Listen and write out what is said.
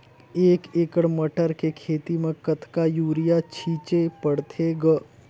एक एकड़ मटर के खेती म कतका युरिया छीचे पढ़थे ग?